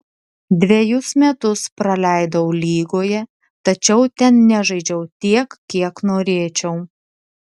dvejus metus praleidau lygoje tačiau ten nežaidžiau tiek kiek norėčiau